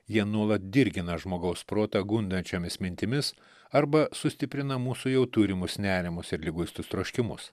jie nuolat dirgina žmogaus protą gundančiomis mintimis arba sustiprina mūsų jau turimus nerimus ir liguistus troškimus